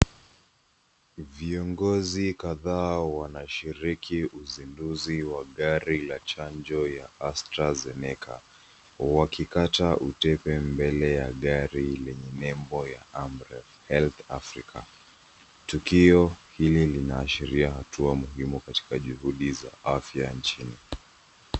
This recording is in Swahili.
Ni viongozi kataa wa wanashiriki uzinduzi wa gari la chanjo ya Astarazeneca wakikata utepe mbele ya gari lenye nebo ya Amref Health Africa . Tukio hili linaasheria hatua muhimu katika juhudi za afya njini.